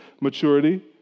maturity